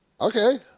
okay